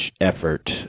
effort